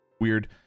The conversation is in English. Weird